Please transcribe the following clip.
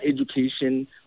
education